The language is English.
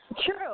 True